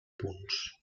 punts